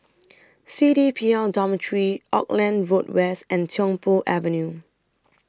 C D P L Dormitory Auckland Road West and Tiong Poh Avenue